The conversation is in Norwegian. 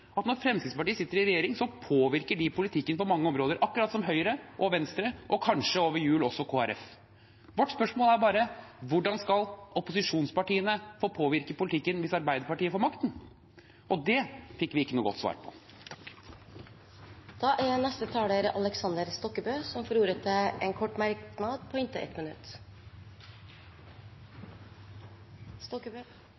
at når Fremskrittspartiet sitter i regjering, påvirker de politikken på mange områder, akkurat som Høyre og Venstre – og kanskje over jul også Kristelig Folkeparti. Vårt spørsmål er bare: Hvordan skal opposisjonspartiene få påvirke politikken hvis Arbeiderpartiet får makten? Og det fikk vi ikke noe godt svar på. Representanten Aleksander Stokkebø har hatt ordet to ganger tidligere og får ordet til en kort merknad, begrenset til 1 minutt.